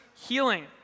healing